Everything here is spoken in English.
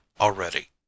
already